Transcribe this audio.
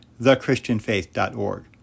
thechristianfaith.org